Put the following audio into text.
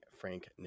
Frank